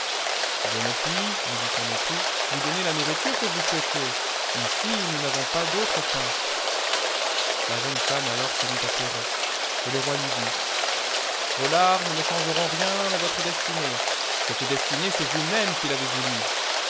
je ne puis lui dit son époux vous donner la nourriture que vous souhaitez ici nous n'avons pas d'autre pain la jeune femme alors se mit à pleurer et le roi lui dit vos larmes ne changeront rien à votre destinée cette destinée c'est vous-même qui l'avez voulue